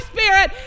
Spirit